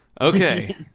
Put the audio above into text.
Okay